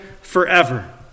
forever